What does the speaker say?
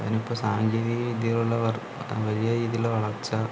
അതിനിപ്പോൾ സാങ്കേതിക വിദ്യകളുടെ വലിയ രീതിയിലുള്ള വളർച്ച